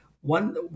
one